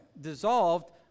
dissolved